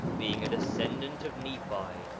being a descendant of nephi,